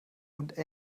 und